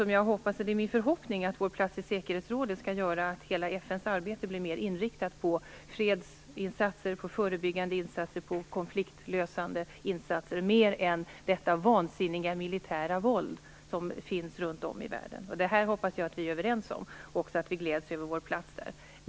Det är min förhoppning att vår plats i säkerhetsrådet skall göra att hela FN:s arbete blir mer inriktat på fredsinsatser - på förebyggande och på konfliktlösande insatser - än på det vansinniga militära våld som finns runt om i världen. Jag hoppas att vi är överens om det här liksom också att vi gläds över vår plats i rådet.